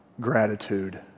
Gratitude